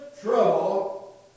trouble